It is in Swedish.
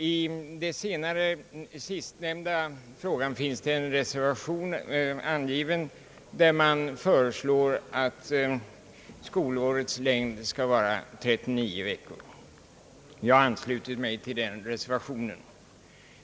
Beträffande den sistnämnda frågan finns en reservation med förslag att skolåret skall vara 39 veckor. Jag har anslutit mig till denna reservation.